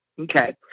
Okay